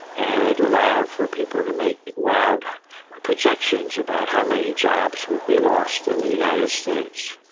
and it allowed for people to make wild projections about how many jobs would be lost in the united states.